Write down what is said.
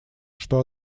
что